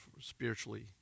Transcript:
spiritually